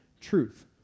truth